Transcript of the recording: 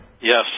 Yes